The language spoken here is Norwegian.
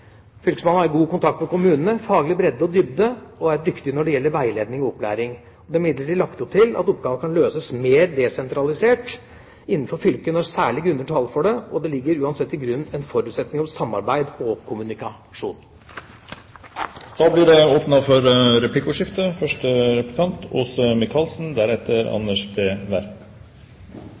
Fylkesmannen har god kontakt med kommunene, faglig bredde og dybde og er dyktig når det gjelder veiledning og opplæring. Det er imidlertid lagt opp til at oppgaven kan løses mer desentralisert innenfor fylket når særlige grunner taler for det, og det ligger uansett til grunn en forutsetning om samarbeid og kommunikasjon. Det blir åpnet for replikkordskifte.